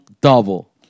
double